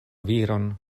viron